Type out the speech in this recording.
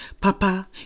Papa